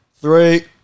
Three